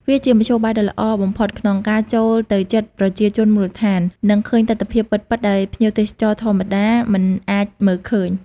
វាជាមធ្យោបាយដ៏ល្អបំផុតក្នុងការចូលទៅជិតប្រជាជនមូលដ្ឋាន និងឃើញទិដ្ឋភាពពិតៗដែលភ្ញៀវទេសចរធម្មតាមិនអាចមើលឃើញ។